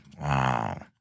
Wow